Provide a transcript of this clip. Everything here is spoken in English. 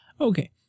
Okay